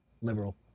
Liberal